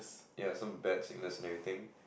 ya some bad sickness and everything